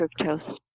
fructose